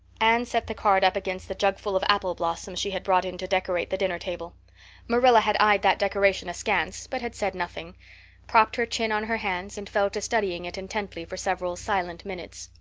anne set the card up against the jugful of apple blossoms she had brought in to decorate the dinner-table marilla had eyed that decoration askance, but had said nothing propped her chin on her hands and fell to studying it intently for several silent minutes.